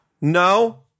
No